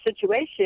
situation